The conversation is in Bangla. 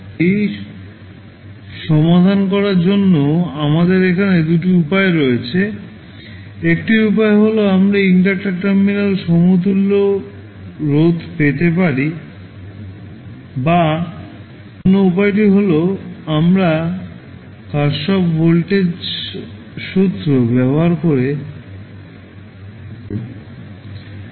এখন এই সমস্যাটি সমাধান করার জন্য আমাদের এখানে দুটি উপায় রয়েছে একটি উপায় হল আমরা ইন্ডাক্টার টার্মিনালের সমতুল্য রোধ পেতে পারি বা অন্য উপায়টি হল আমরা Kirchhoff voltage law ব্যবহার করে শুরু করি